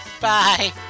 Bye